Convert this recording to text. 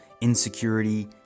insecurity